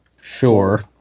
Sure